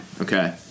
okay